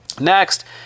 Next